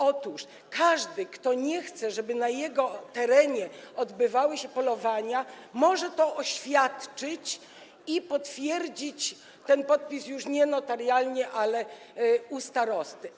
Otóż każdy, kto nie chce, żeby na jego terenie odbywały się polowania, może złożyć oświadczenie i potwierdzić podpis już nie notarialnie, ale u starosty.